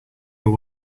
will